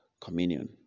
communion